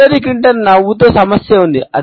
Hillary క్లింటన్కు నవ్వుతో సమస్య ఉంది